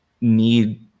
need